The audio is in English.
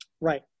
Right